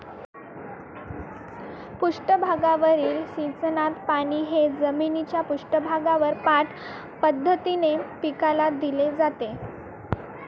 पृष्ठभागावरील सिंचनात पाणी हे जमिनीच्या पृष्ठभागावर पाठ पद्धतीने पिकाला दिले जाते